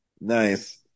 Nice